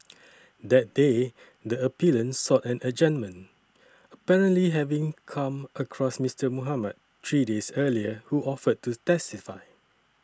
that day the appellant sought an adjournment apparently having come across Mister Mohamed three days earlier who offered to testify